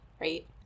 right